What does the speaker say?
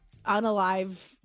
unalive